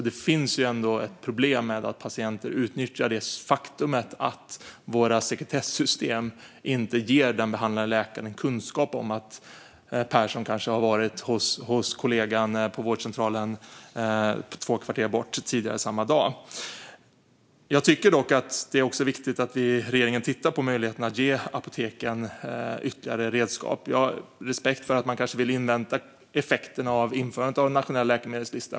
Det finns alltså ett problem med att patienter utnyttjar faktumet att våra sekretessystem inte ger den behandlande läkaren kunskap om att Persson tidigare samma dag kanske har varit hos kollegan på vårdcentralen två kvarter bort. Det är också viktigt att regeringen tittar på möjligheten att ge apoteken ytterligare redskap. Jag har respekt för att man kanske vill invänta införandet och effekten av den nationella läkemedelslistan.